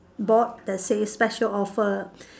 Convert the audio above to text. board that says special offer